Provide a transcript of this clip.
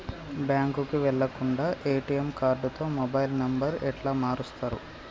బ్యాంకుకి వెళ్లకుండా ఎ.టి.ఎమ్ కార్డుతో మొబైల్ నంబర్ ఎట్ల మారుస్తరు?